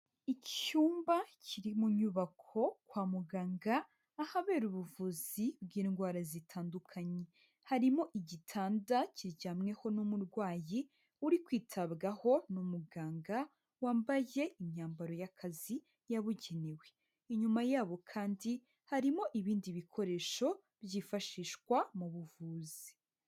Icyumba kiri mu nyubako kwa muganga, ahabera ubuvuzi bw'indwara zitandukanye. Harimo igitanda kiryamweho n'umurwayi uri kwitabwaho n'umuganga, wambaye imyambaro y'akazi yabugenewe. Inyuma yabo kandi, harimo ibindi bikoresho byifashishwa mu buvuzi.